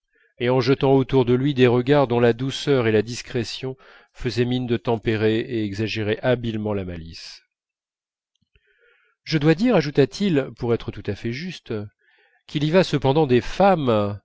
et en jetant autour de lui des regards dont la douceur et la discrétion faisaient mine de tempérer et exagéraient habilement la malice je dois ajouter pour être tout à fait juste qu'il y va cependant des femmes